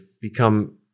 become